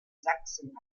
sachsen